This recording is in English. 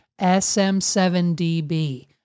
SM7DB